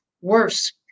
worse